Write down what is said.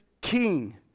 King